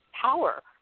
power